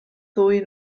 ddwy